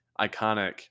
iconic